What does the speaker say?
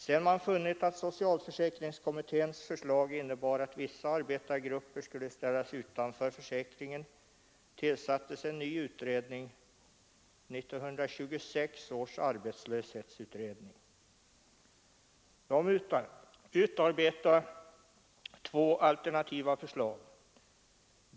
Sedan man funnit att socialförsäkringskommitténs förslag innebar att vissa arbetargrupper skulle ställas utanför försäkringen, tillsattes en ny utredning, 1926 års arbetslöshetsutredning. Den utarbetade två alternativa förslag.